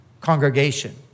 congregation